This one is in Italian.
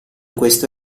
questo